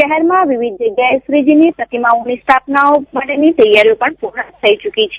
શહેરમાં વિવિધ જગ્યાએ શ્રીજીની પ્રતિમાઓની સ્થાપના માટેની તૈયારીઓ પૂર્ણ થઈ ચૂકી છે